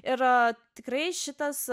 ir tikrai šitas